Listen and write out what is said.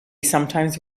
sometimes